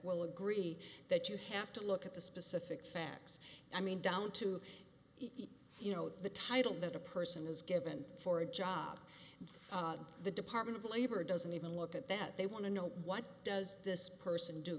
will agree that you have to look at the specific facts i mean down to the you know the title that a person is given for a job the department of labor doesn't even look at that they want to know what does this person do